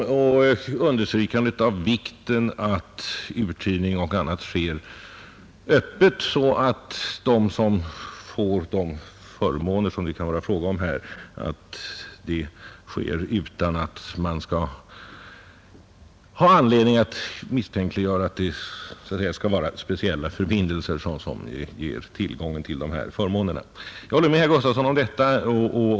Herr Gustavsson underströk ju vikten av att uthyrning och annan upplåtelse sker öppet så att det inte kan finnas anledning misstänka att speciella förbindelser ger tillgång till dessa förmåner. Jag håller med herr Gustavsson om detta.